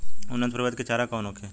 उन्नत प्रभेद के चारा कौन होखे?